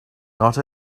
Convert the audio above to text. not